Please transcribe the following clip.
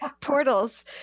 portals